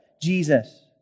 Jesus